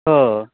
हो